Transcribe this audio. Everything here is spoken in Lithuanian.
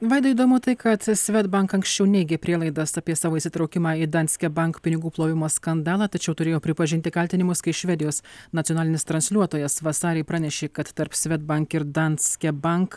vaida įdomu tai kad swedbank anksčiau neigė prielaidas apie savo įsitraukimą į danske bank pinigų plovimo skandalą tačiau turėjo pripažinti kaltinimus kai švedijos nacionalinis transliuotojas vasarį pranešė kad tarp swedbank ir danske bank